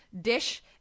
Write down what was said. dish